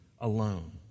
alone